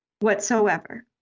whatsoever